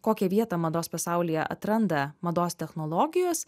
kokią vietą mados pasaulyje atranda mados technologijos